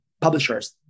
publishers